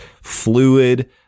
fluid